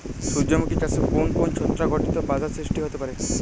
সূর্যমুখী চাষে কোন কোন ছত্রাক ঘটিত বাধা সৃষ্টি হতে পারে?